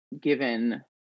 given